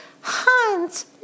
Hans